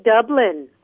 dublin